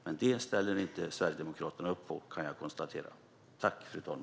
Men jag kan konstatera att Sverigedemokraterna inte ställer upp på det.